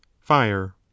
fire